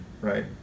right